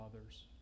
others